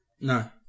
No